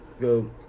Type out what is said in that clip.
go